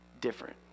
different